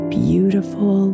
beautiful